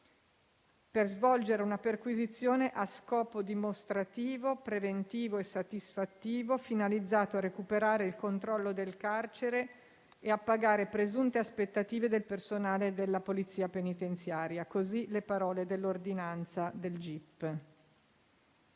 per svolgere una perquisizione a scopo dimostrativo, preventivo e satisfattivo, finalizzato a recuperare il controllo del carcere e appagare presunte aspettative del personale della Polizia penitenziaria. Queste le parole dell'ordinanza del gip.